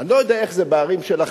אני לא יודע איך זה בערים שלכם.